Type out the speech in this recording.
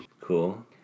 Cool